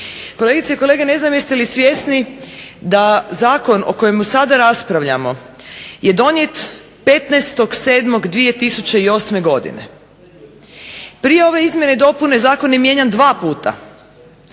Kolegice i kolege, ne znam jeste li svjesni da zakon o kojemu sada raspravljamo je donijet 15.7.2008. godine. Prije ove izmjene i dopune zakon je mijenjan dva puta.